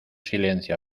silencio